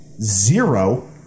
zero